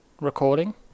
recording